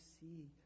see